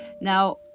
Now